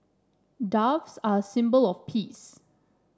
doves are a symbol of peace